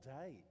day